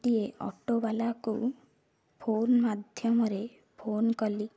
ଗୋଟିଏ ଅଟୋବାଲାକୁ ଫୋନ୍ ମାଧ୍ୟମରେ ଫୋନ୍ କଲି